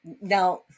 now